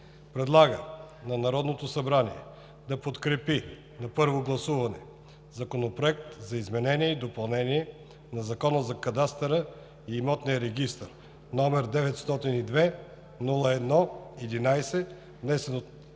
предлага на Народното събрание да подкрепи на първо гласуване Законопроект за изменение и допълнение на Закона за кадастъра и имотния регистър, № 902-01-11, внесен в